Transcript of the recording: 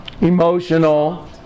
emotional